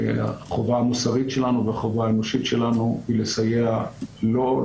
החובה המוסרית שלנו והחובה האנושית שלנו היא לסייע לו,